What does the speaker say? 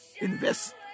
invest